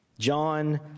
John